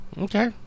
okay